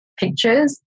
pictures